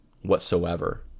whatsoever